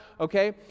okay